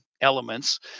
elements